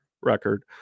record